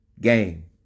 game